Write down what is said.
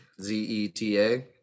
Z-E-T-A